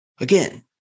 Again